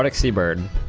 like seabird